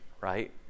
right